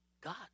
God